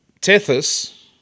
Tethys